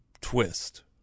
twist